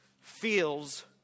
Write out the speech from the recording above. feels